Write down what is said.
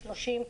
30,000,